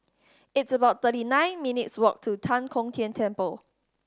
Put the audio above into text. it's about thirty nine minutes' walk to Tan Kong Tian Temple